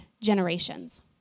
generations